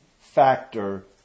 factor